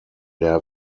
der